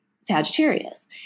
Sagittarius